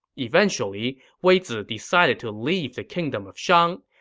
eventually, wei zi decided to leave the kingdom of shang.